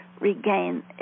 regain